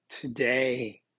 today